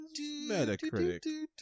Metacritic